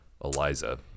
Eliza